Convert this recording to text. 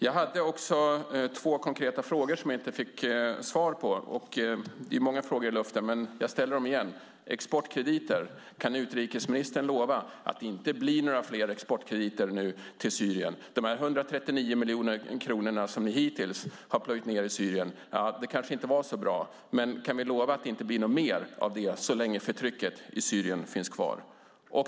Jag hade också två konkreta frågor som jag inte fick svar på. Det är många frågor i luften, men jag ställer dem igen. Kan utrikesministern lova att det inte blir några fler exportkrediter till Syrien? De 139 miljoner kronor som vi hittills har plöjt ned i Syrien kanske inte var så bra. Kan vi lova att det inte blir någonting mer av det så länge förtrycket finns kvar?